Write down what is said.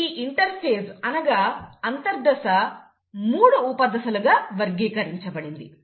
ఈ ఇంటర్ఫేజ్ అనగా అంతర్దశ 3 ఉపదశలు గా వర్గీకరించబడింది